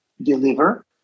deliver